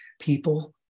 people